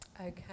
Okay